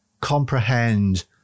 comprehend